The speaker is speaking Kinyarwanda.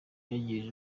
byagize